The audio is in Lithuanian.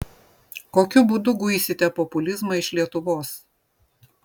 kokiu būdu guisite populizmą iš lietuvos